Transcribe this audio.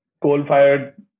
coal-fired